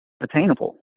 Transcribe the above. attainable